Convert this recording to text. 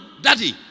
Daddy